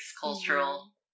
cultural